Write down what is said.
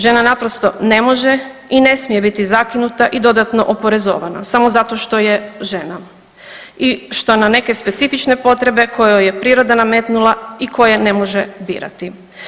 Žena naprosto ne može i ne smije biti zakinuta i dodatno oporezovana, samo zato što je žena i što na neke specifične potrebe koje joj je priroda nametnula i koje ne može birati.